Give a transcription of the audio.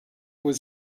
was